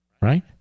Right